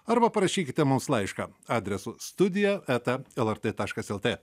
arba parašykite mums laišką adresu studija eta lrt taškas lt